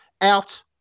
out